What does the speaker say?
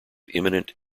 imminent